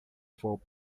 voo